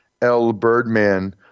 LBirdman